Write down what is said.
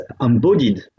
embodied